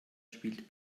spielt